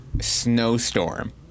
snowstorm